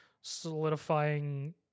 solidifying